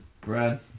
Brad